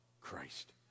Christ